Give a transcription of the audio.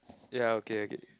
ya okay okay